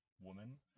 woman